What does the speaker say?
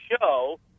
show